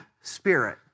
Spirit